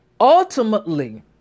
Ultimately